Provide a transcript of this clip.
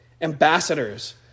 Ambassadors